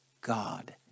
God